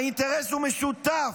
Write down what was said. האינטרס הוא משותף,